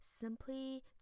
simply